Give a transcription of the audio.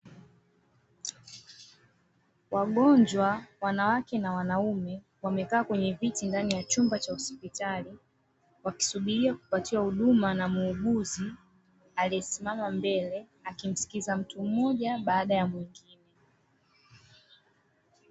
Wagonjwa wanawake na wanaume, wamekaa kwenye viti ndani ya chumba cha hospitali, wakisubiria kupatiwa huduma na muuguzi aliyesimama mbele, akimsikiliza mtu mmoja baada ya mwingine.